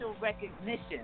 recognition